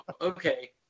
okay